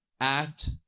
act